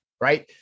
Right